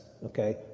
Okay